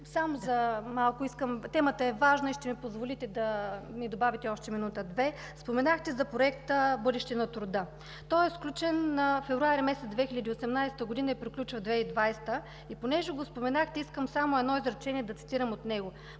е изтекло.) Така че темата е важна и ще ми позволите, ще ми добавите още минута-две. Споменахте за Проекта „Бъдеще на труда“. Той е сключен месец февруари 2018 г. и приключва 2020 г., и понеже го споменахте, искам само едно изречение да цитирам от него: